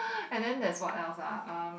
and then there's what else ah um